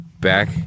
Back